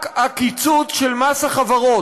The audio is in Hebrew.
רק הקיצוץ של מס החברות,